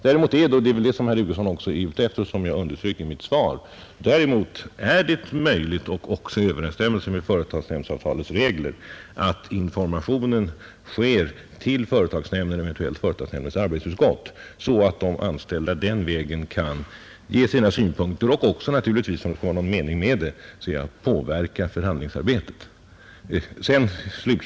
Däremot är det möjligt — och det är väl detta som herr Hugosson egentligen är ute efter — och i överensstämmelse med företagsnämndsavtalets regler att information ges till företagsnämnden, eventuellt dess arbetsutskott, så att de anställda den vägen kan ge sina synpunkter och naturligtvis också, om det skall vara någon mening med det, påverka förhandlingsarbetet.